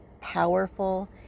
powerful